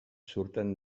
surten